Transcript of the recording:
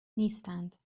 نیستند